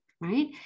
right